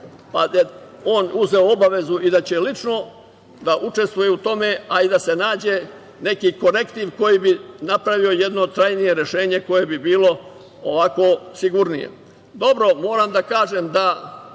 je on uzeo obavezu da će lično da učestvuje u tome i da se nađe neki korektiv koji bi napravio jedno trajnije rešenje koje bi bilo ovako sigurnije. Moram da kažem da